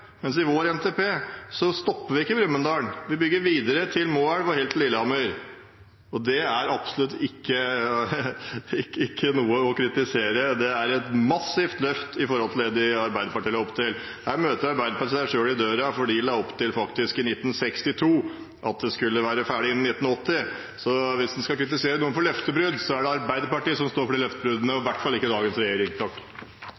men i vår NTP stopper vi ikke i Brumunddal, vi bygger videre til Moelv og helt til Lillehammer. Det er absolutt ikke noe å kritisere, det er et massivt løft i forhold til det Arbeiderpartiet la opp til. Her møter Arbeiderpartiet seg selv i døra, for de la faktisk i 1962 opp til at man skulle være ferdig innen 1980. Hvis man skal kritisere noen for løftebrudd, er det Arbeiderpartiet som står for de løftebruddene – i